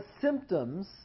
symptoms